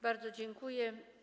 Bardzo dziękuję.